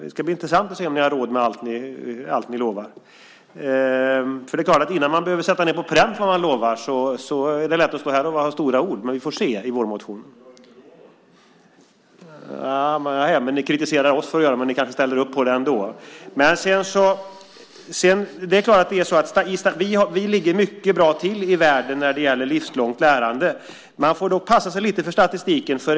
Det ska bli intressant att se om ni har råd med allt ni lovar, för det är klart att innan man behöver sätta på pränt vad man lovar är det lätt att stå här och använda stora ord. Men vi får se i vårmotionen. : Vi har inte lovat någonting.) Nehej, men ni kritiserar oss för att göra det. Men ni kanske ställer upp på detta ändå. Vi ligger mycket bra till i världen när det gäller livslångt lärande. Man får dock passa sig lite för statistiken.